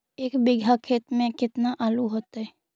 एक बिघा खेत में केतना आलू होतई?